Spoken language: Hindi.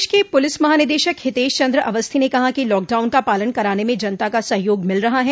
प्रदेश के पुलिस महानिदेशक हितेश चंद्र अवस्थी ने कहा कि लॉकडाउन का पालन कराने में जनता का सहयोग मिल रहा है